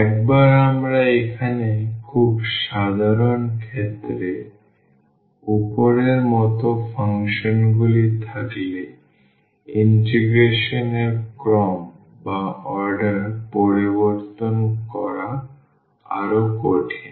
একবার আমাদের এখানে খুব সাধারণ ক্ষেত্রে উপরের মতো ফাংশন গুলি থাকলে ইন্টিগ্রেশন এর ক্রম পরিবর্তন করা আরও কঠিন